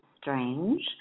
strange